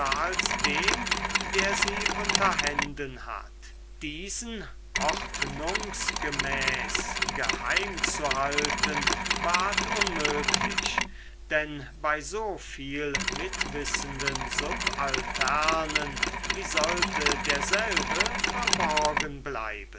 als dem der sie unter händen hat diesen ordnungsgemäß geheim zu halten ward unmöglich denn bei so viel mitwissenden subalternen wie sollte derselbe verborgen bleiben